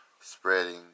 spreading